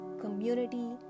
community